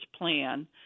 plan